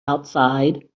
outside